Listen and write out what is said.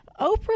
Oprah